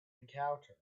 encounters